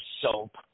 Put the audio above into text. soap